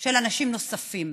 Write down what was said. של אנשים נוספים.